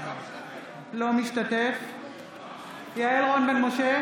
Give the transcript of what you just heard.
אינו משתתף יעל רון בן משה,